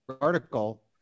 article